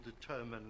determine